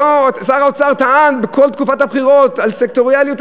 אותו שר אוצר טען בכל תקופת הבחירות על סקטוריאליות